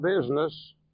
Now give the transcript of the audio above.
business